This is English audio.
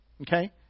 okay